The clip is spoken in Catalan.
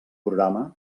programa